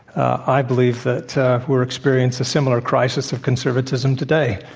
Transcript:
i believe that we're experiencing a similar crisis of conservatism today.